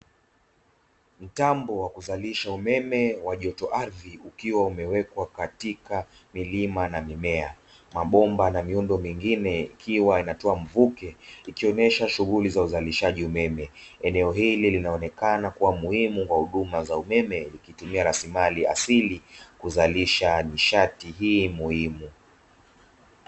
Mtambo wa kuzalisha umeme wa joto ardhi, ukiwa umewekwa katika milima na mimea. Mabomba na miundombinu mingine ikiwa inatoa mvuke, ikionyesha shughuli za uzalishaji wa umeme. Eneo hili linaonekana kuwa na umuhimu wa huduma za umeme, likitumia rasilimali asili kuzalisha nishati hii muhimu.